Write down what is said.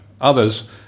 Others